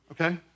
okay